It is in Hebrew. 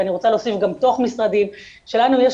ואני רוצה להוסיף גם תוך משרדים שלנו יש